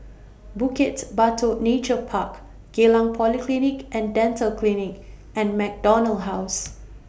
Bukit Batok Nature Park Geylang Polyclinic and Dental Clinic and MacDonald House